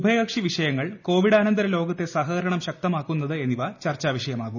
ഉഭയകക്ഷി വിഷയങ്ങൾ കോവിഡാനന്തര ലോകത്തെ സഹകരണം ശക്തമാക്കുന്നത് എന്നിവ ചർച്ചാവിഷയമാകും